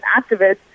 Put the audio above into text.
activist